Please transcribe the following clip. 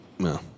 No